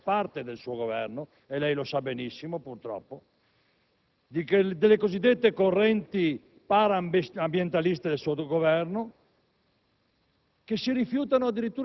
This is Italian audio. panoramica abbiamo una parte del suo Governo (lo sa benissimo, purtroppo), le cosiddette correnti parambientaliste del suo